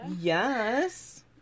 Yes